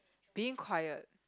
being quiet